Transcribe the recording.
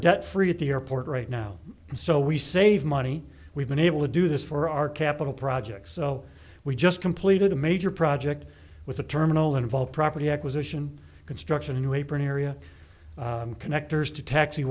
debt free at the airport right now so we save money we've been able to do this for our capital projects so we just completed a major project with the terminal involved property acquisition construction a new apron area connectors to taxi